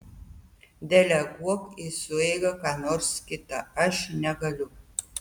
deleguok į sueigą ką nors kitą aš negaliu